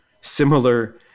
similar